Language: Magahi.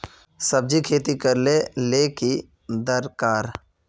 सब्जी खेती करले ले की दरकार?